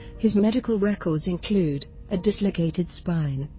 his medical records include a dislocated spine,